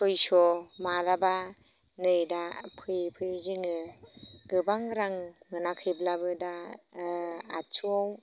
सयस' माब्लाबा नै दा फैयै फैयै जोङो गोबां रां मोनाखैब्लाबो दा ओ आठस'आव